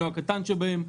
אם לא הקטן שבהם.